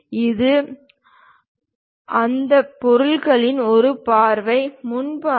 இது அந்த பொருளின் ஒரு பார்வை முன் பார்வை